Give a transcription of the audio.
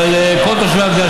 אבל כל תושבי המדינה,